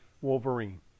Wolverine